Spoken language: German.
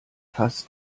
fast